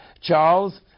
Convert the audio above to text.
Charles